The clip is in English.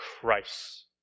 Christ